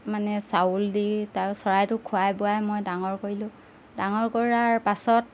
মানে চাউল দি তাক চৰাইটো খোৱাই বোৱাই মই ডাঙৰ কৰিলোঁ ডাঙৰ কৰাৰ পাছত